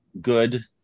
good